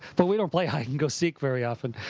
but we don't play hide-and-go-seek very often.